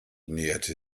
näherte